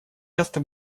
часто